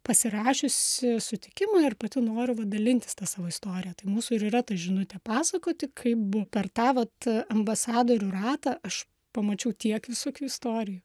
pasirašiusi sutikimą ir pati noriu va dalintis tą savo istorija tai mūsų ir yra ta žinutė pasakoti kaip buvo per tą vat ambasadorių ratą aš pamačiau tiek visokių istorijų